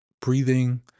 breathing